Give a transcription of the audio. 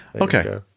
Okay